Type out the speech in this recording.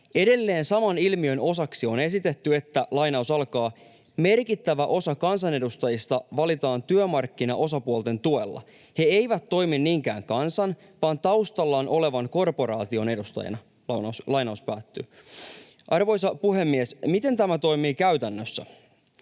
Edelleen saman ilmiön osaksi on esitetty: ”Merkittävä osa kansanedustajista valitaan työmarkkinaosapuolten tuella. He eivät toimi niinkään kansan vaan taustallaan olevan korporaation edustajina.” Arvoisa puhemies! Miten tämä toimii käytännössä?